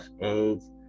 AIDS